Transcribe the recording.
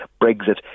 Brexit